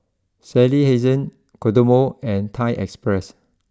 Sally Hansen Kodomo and Thai Express